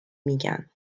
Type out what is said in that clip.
میگن